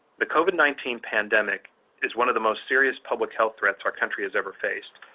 the covid nineteen pandemic is one of the most serious public health threats our country has ever faced,